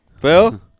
Phil